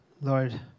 Lord